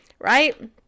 right